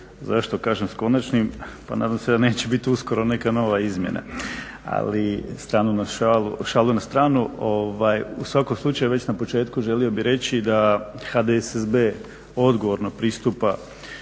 Zašto kažem s konačnim? Pa nadam se da neće biti uskoro neka nova izmjena. Ali šalu na stranu, u svakom slučaju već na početku želio bih reći da HDSSB odgovorno pristupa